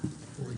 11:30.